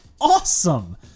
awesome